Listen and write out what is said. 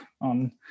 on